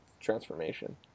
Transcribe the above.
transformation